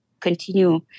continue